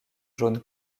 jaune